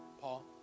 Paul